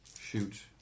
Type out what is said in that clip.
shoot